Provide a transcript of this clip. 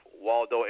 Waldo